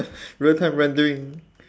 real time rendering